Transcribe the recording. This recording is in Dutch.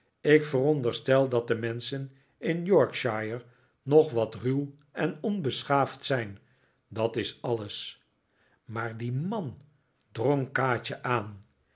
ik veronderstel dat de menschen in yorkshire nog wat ruw en onbeschaafd zijn dat is alles maar die man drong kaatje aan